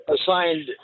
assigned